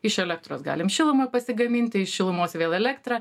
iš elektros galim šilumą pasigaminti iš šilumos į vėl elektrą